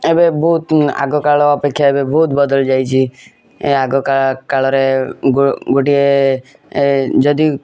ଏବେ ବହୁତ ଆଗକାଳ ଅପେକ୍ଷା ଏବେ ବହୁତ ବଦଳି ଯାଇଛି ଏ ଆଗକାଳ କାଳରେ ଗୋ ଗୋଟିଏ ଏ ଯଦି